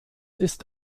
ist